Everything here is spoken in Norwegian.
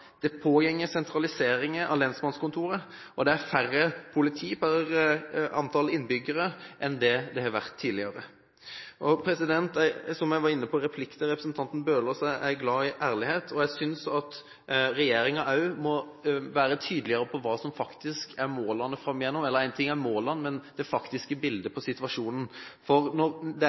Det pågår sentraliseringer av lensmannskontorer, og det er færre politi per antall innbyggere enn det har vært tidligere. Som jeg var inne på i en replikk til representanten Bøhler, er jeg glad i ærlighet, og jeg synes at regjeringen også må være tydeligere på hva som faktisk er målene framover – og én ting er målene, men også på hva som er det faktiske bildet på situasjonen. For når det